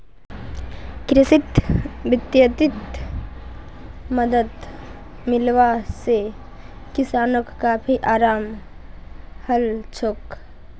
कृषित वित्तीय मदद मिलवा से किसानोंक काफी अराम हलछोक